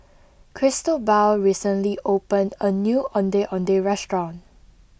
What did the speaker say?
Cristobal recently opened a new Ondeh Ondeh restaurant